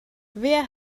wer